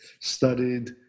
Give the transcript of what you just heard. studied